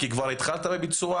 כי כבר התחלת בביצוע,